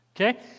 okay